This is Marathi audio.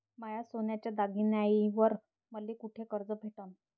माया सोन्याच्या दागिन्यांइवर मले कुठे कर्ज भेटन?